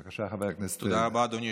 בבקשה, חבר הכנסת בליאק.